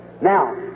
Now